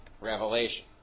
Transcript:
revelation